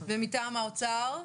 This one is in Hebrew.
ומטעם האוצר?